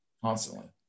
constantly